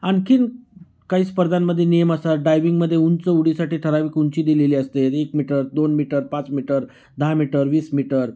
आणखीन काही स्पर्धांमध्ये नियम असतात डायविंगमध्ये उंच उडीसाठी ठराविक उंची दिलेली असते एक मिटर दोन मिटर पाच मिटर दहा मिटर वीस मिटर